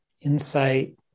insight